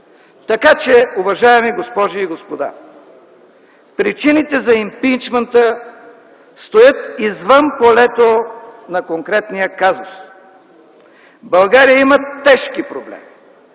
Така че, уважаеми госпожи и господа, причините за импийчмънта стоят извън полето на конкретния казус! България има тежки проблеми